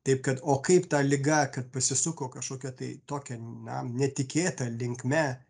taip kad o kaip ta liga kad pasisuko kažkokia tai tokia na netikėta linkme